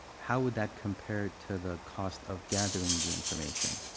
how would that compare to the cost of gathering the information?